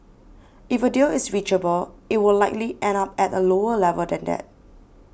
if a deal is reachable it would likely end up at a lower level than that